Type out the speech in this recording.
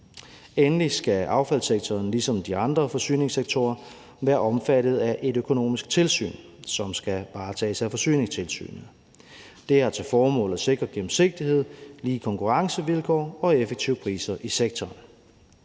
Endelig skal affaldssektoren ligesom de andre forsyningssektorer være omfattet af et økonomisk tilsyn, som skal varetages af Forsyningstilsynet. Det har til formål at sikre gennemsigtighed, lige konkurrencevilkår og effektive priser i sektoren.